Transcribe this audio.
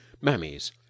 mammies